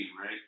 right